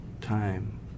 time